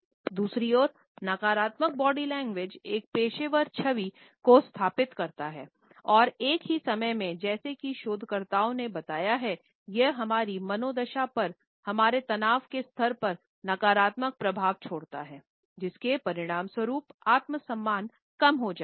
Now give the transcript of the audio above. दूसरी ओर नकारात्मक बॉडी लैंग्वेज एक पेशेवर छवि को स्थापित करती है और एक ही समय में जैसा कि शोधकर्ताओं ने बताया है यह हमारी मनोदशा पर हमारे तनाव के स्तर पर नकारात्मक प्रभाव छोड़ती है जिसके परिणामस्वरूप आत्मसम्मान कम हो जाता है